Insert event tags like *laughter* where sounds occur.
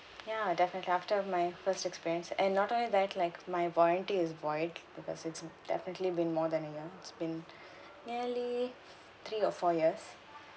ya definitely after my first experience and not only that like my warranty is void because it's definitely been more than a year it's been *breath* nearly three or four years